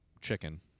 Chicken